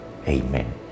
Amen